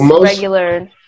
regular